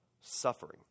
suffering